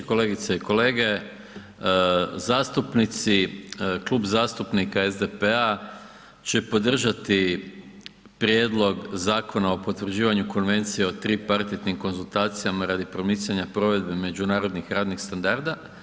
Kolegice i kolege zastupnici, Klub zastupnika SDP-a će podržati Prijedlog Zakona o potvrđivanju konvencije o tripartitnim konzultacijama radi promicanja provedbe međunarodnih radnih standarda.